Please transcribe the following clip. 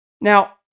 Now